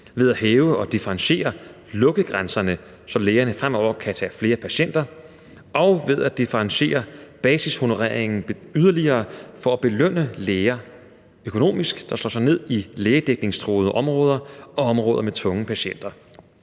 ved at hæve og differentiere lukkegrænserne, så lægerne fremover kan tage flere patienter, og ved at differentiere basishonoreringen yderligere for at belønne læger, der slår sig ned i lægedækningstruede områder og i områder med tunge patienter,